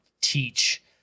teach